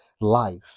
life